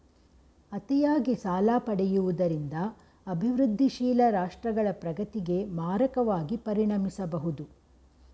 ಅತಿಯಾಗಿ ಸಾಲ ಪಡೆಯುವುದರಿಂದ ಅಭಿವೃದ್ಧಿಶೀಲ ರಾಷ್ಟ್ರಗಳ ಪ್ರಗತಿಗೆ ಮಾರಕವಾಗಿ ಪರಿಣಮಿಸಬಹುದು